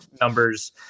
numbers